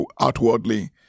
outwardly